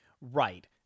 Right